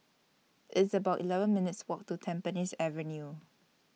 It's about eleven minutes' Walk to Tampines Avenue